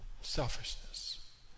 Selfishness